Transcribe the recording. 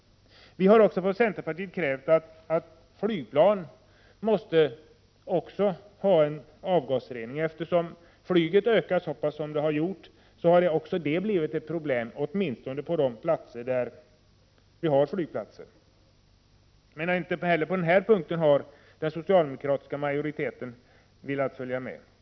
Vi från centerpartiet kräver avgasrening även för flygplanen. Eftersom flyget har ökat så mycket som det gjort har också det blivit ett problem, åtminstone där det finns flygplatser. Inte heller på den punkten har den socialdemokratiska majoriteten velat gå med på våra krav.